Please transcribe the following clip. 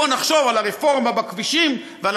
בוא נחשוב על הרפורמה בכבישים ועל